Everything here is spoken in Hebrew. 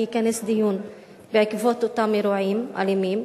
יכנס דיון בעקבות אותם אירועים אלימים,